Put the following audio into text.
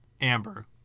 Amber